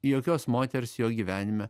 jokios moters jo gyvenime